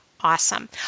awesome